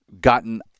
gotten